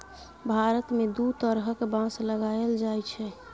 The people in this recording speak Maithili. भारत मे दु तरहक बाँस लगाएल जाइ छै